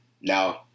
No